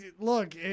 Look